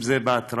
אם זה בהתראה,